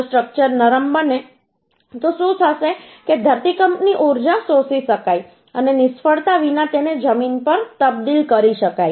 જો સ્ટ્રક્ચર નરમ બને તો શું થશે કે ધરતીકંપની ઉર્જા શોષી શકાય અને નિષ્ફળતા વિના તેને જમીન પર તબદીલ કરી શકાય